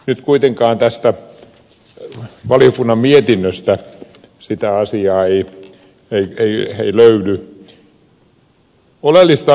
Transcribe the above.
nyt kuitenkaan tästä valiokunnan mietinnöstä sitä asiaa ei löydy